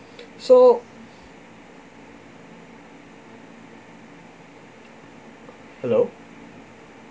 so hello